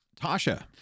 Tasha